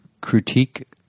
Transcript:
Critique